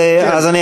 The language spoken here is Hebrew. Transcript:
הוא אוהב את זה,